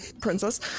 princess